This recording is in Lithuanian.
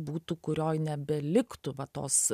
būtų kurioj nebeliktų va tos